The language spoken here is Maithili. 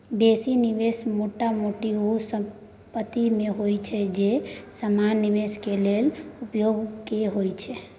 बेसी निवेश मोटा मोटी ओ संपेत में होइत छै जे समान निवेश के लेल आ उपभोग के होइत छै